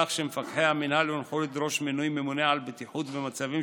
כך שמפקחי המינהל הונחו לדרוש מינוי ממונה על בטיחות במצבים